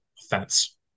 offense